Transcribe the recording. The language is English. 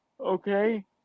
Okay